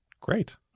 Great